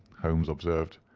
holmes observed.